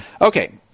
Okay